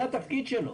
זה התפקיד שלו.